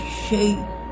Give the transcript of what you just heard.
shape